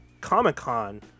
comic-con